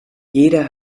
jeder